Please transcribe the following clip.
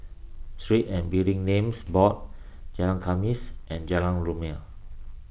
Street and Building Names Board Jalan Khamis and Jalan Rumia